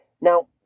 Now